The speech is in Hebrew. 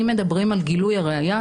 אם מדברים על גילוי הראיה,